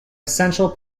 essential